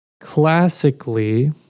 Classically